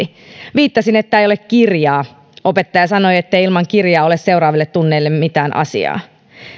viittasin että ei ole kirjaa opettaja sanoi ettei ilman kirjaa ole seuraaville tunneille mitään asiaa